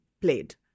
played